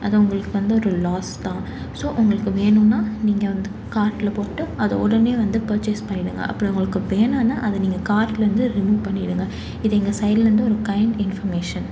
அது உங்களுக்கு வந்து ஒரு லாஸ் தான் ஸோ உங்களுக்கு வேணுன்னால் நீங்கள் வந்து கார்ட்டில் போட்டு அதை உடனே வந்து பர்ச்சேஸ் பண்ணிடுங்கள் அப்படி உங்களுக்கு வேணான்னால் அதை நீங்கள் கார்ட்லேருந்து ரிமூவ் பண்ணிவிடுங்கள் இது எங்கள் சைட்லேருந்து ஒரு கைன்ட் இன்ஃபர்மேஷன்